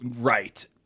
right